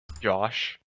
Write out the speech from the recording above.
Josh